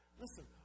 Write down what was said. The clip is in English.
Listen